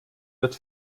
wird